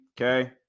okay